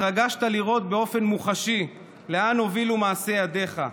התרגשת לראות באופן מוחשי לאן הוביל מעשה ידיך.